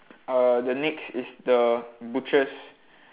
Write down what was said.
uh the next is the butcher's